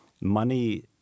Money